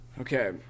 Okay